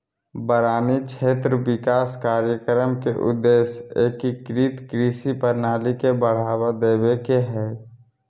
वारानी क्षेत्र विकास कार्यक्रम के उद्देश्य एकीकृत कृषि प्रणाली के बढ़ावा देवे के हई